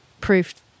proof